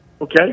Okay